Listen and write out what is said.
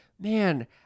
man